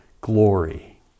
glory